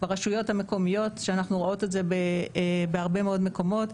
ברשויות המקומיות שאנחנו רואות את זה בהרבה מאוד מקומות,